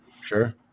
sure